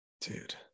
dude